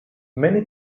many